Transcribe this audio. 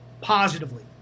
positively